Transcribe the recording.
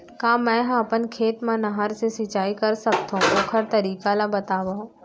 का मै ह अपन खेत मा नहर से सिंचाई कर सकथो, ओखर तरीका ला बतावव?